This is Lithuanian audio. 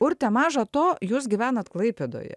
urte maža to jūs gyvenat klaipėdoje